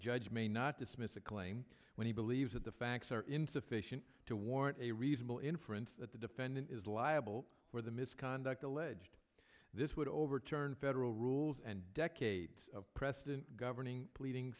judge may not dismiss a claim when he believes that the facts are insufficient to warrant a reasonable inference that the defendant is liable for the misconduct alleged this would overturn federal rules and decades of precedent governing pleading